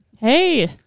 Hey